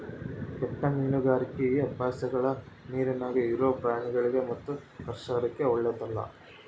ಕೆಟ್ಟ ಮೀನುಗಾರಿಕಿ ಅಭ್ಯಾಸಗಳ ನೀರಿನ್ಯಾಗ ಇರೊ ಪ್ರಾಣಿಗಳಿಗಿ ಮತ್ತು ಪರಿಸರಕ್ಕ ಓಳ್ಳೆದಲ್ಲ